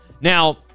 Now